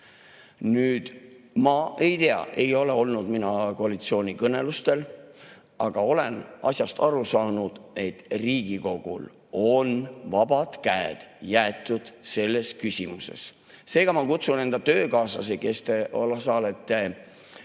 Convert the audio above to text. Nüüd, ma ei tea, ei ole olnud mina koalitsioonikõnelustel, aga olen asjast nii aru saanud, et Riigikogule on vabad käed jäetud selles küsimuses. Seega ma kutsun enda töökaaslasi, kes te osalete Riigikogu